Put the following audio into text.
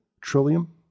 Trillium